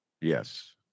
Yes